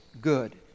good